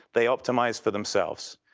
they optimize for themselves.